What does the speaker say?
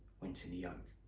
went in the yolk.